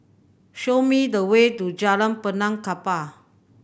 show me the way to Jalan Benaan Kapal